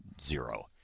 Zero